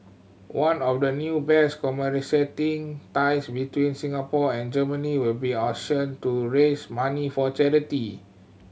one of the new bears commemorating ties between Singapore and Germany will be auctioned to raise money for charity